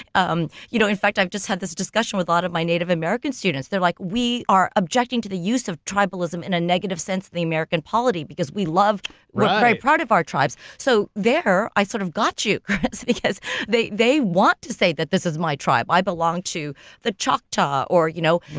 um you know in fact, i just had this discussion with a lot of my native american students. they're like, we are objecting to the use of tribalism in a negative sense to the american polity because we love, we're very proud of our tribes. so there, i sort of got you, chris because they they want to say that this is my tribe. i belong to the choctaw or you know.